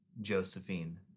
Josephine